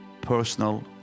personal